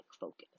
focus